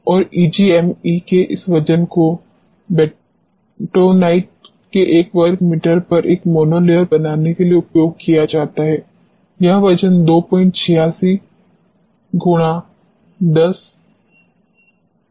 और ईजीएमई के इस वजन को बेंटोनाइट के एक वर्ग मीटर पर एक मोनोलेयर बनाने के लिए उपयोग किया जाता है यह वजन 286 × 10 4 ग्राम है